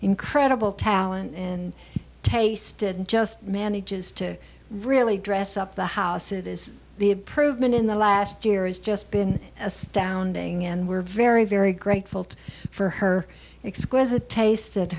incredible talent in tasted just manages to really dress up the house it is the improvement in the last year has just been a standing and we're very very grateful for her exquisite taste